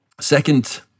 second